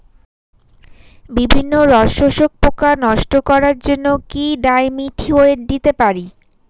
বিভিন্ন রস শোষক পোকা নষ্ট করার জন্য কি ডাইমিথোয়েট দিতে পারি?